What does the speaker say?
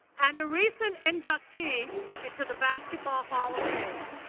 and a recent inductee into the basketball hall of fame.